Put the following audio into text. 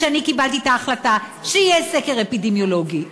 שקיבלתי את ההחלטה שיהיה סקר אפידמיולוגי.